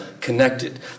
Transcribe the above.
connected